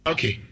Okay